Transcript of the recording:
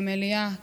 במליאה,